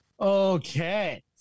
okay